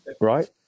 right